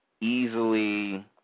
easily